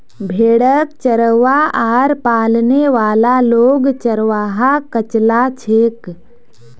भेड़क चरव्वा आर पालने वाला लोग चरवाहा कचला छेक